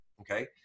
okay